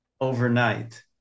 overnight